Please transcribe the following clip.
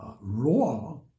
Raw